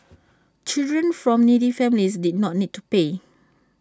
children from needy families did not need to pay